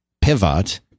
pivot